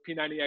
P90X